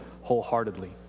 wholeheartedly